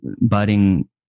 budding